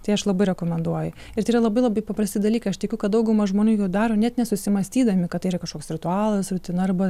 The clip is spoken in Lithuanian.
tai aš labai rekomenduoju ir tai yra labai labai paprasti dalykai aš tikiu kad dauguma žmonių jų daro net nesusimąstydami kad tai yra kažkoks ritualas rutina arba